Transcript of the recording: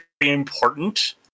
important